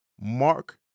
mark